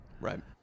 Right